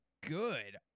good